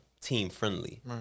team-friendly